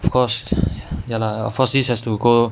of course ya lah of course this has to go